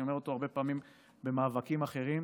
ואני אומר אותו הרבה פעמים במאבקים אחרים: